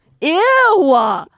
Ew